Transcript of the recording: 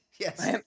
Yes